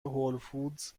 هولفودز